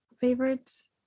favorites